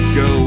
go